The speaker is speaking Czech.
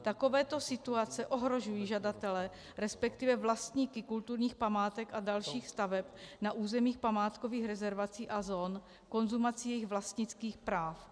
Takovéto situace ohrožují žadatele, resp. vlastníky kulturních památek a dalších staveb na územích památkových rezervací a zón v konzumaci jejich vlastnických práv.